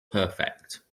perfect